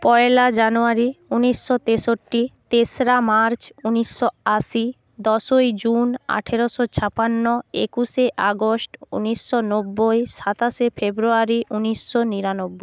পয়লা January উনিশশো তেষট্টি তেসরা মার্চ উনিশশো আশি দশই জুন আঠেরোশো ছাপান্ন একুশে আগস্ট উনিশশো নব্বই সাতাশে ফেব্রুয়ারি উনিশশো নিরানব্ব